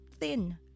thin